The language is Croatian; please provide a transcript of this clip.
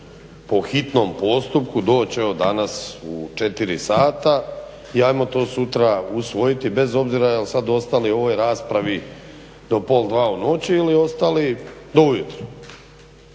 po hitnom postupku, doći evo danas u 4 sata i ajmo to sutra usvojiti bez obzira jel sad ostali u ovoj raspravi do pol 2 u noći ili ostali do ujutro.